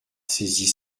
saisit